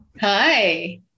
Hi